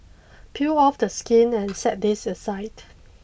peel off the skin and set this aside